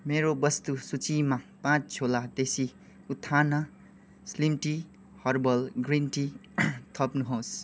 मेरो वस्तु सूचीमा पाँच झोला देसी उत्थाना slim tea herbal green tea थप्नुहोस्